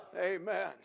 Amen